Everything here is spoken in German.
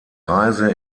reise